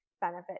benefit